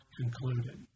concluded